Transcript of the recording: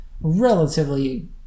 relatively –